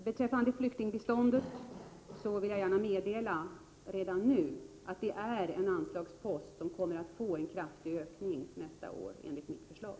Beträffande flyktingbiståndet vill jag redan nu meddela att denna anslagspost kommer att få en kraftig ökning nästa år enligt mitt förslag.